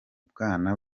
bwana